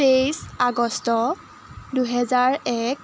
তেইছ আগষ্ট দুহেজাৰ এক